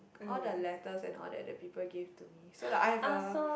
all the letters and all that that people gave to me so like I have a